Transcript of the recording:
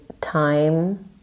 time